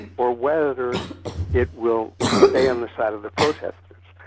or whether it will stay on the side of the protesters,